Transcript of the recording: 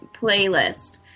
playlist